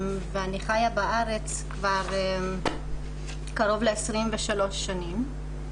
אני חיה בארץ כבר קרוב ל-23 שנים.